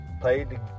played